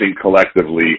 collectively